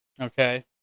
Okay